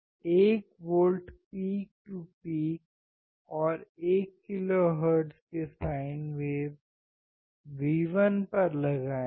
1 volt peak to peak और 1 kilohertz की sine wave V1 पर लगाएँ